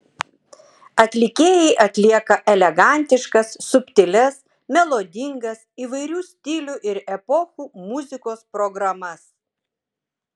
atlikėjai atlieka elegantiškas subtilias melodingas įvairių stilių ir epochų muzikos programas